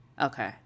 Okay